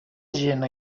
gent